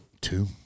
two